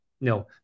no